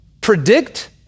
predict